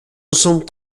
ensemble